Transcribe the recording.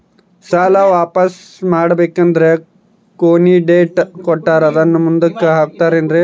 ಸಾಲ ವಾಪಾಸ್ಸು ಮಾಡಬೇಕಂದರೆ ಕೊನಿ ಡೇಟ್ ಕೊಟ್ಟಾರ ಅದನ್ನು ಮುಂದುಕ್ಕ ಹಾಕುತ್ತಾರೇನ್ರಿ?